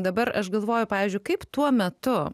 dabar aš galvoju pavyzdžiui kaip tuo metu